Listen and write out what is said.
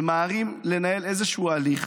ממהרים לנהל איזשהו הליך,